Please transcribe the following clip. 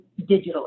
digitally